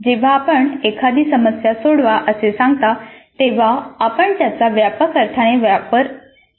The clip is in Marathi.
जेव्हा आपण एखादी समस्या सोडवा असे सांगता तेव्हा आपण त्याचा व्यापक अर्थाने वापर करत असतो